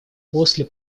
после